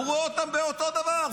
הוא רואה אותם אותו דבר.